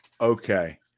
Okay